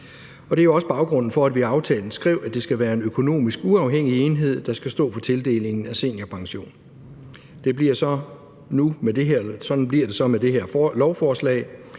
det er også baggrunden for, at vi i aftalen skrev, at det skal være en økonomisk uafhængig enhed, der skal stå for tildelingen af seniorpension. Sådan bliver det så med det her lovforslag,